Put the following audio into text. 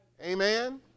Amen